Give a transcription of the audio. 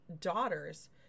daughters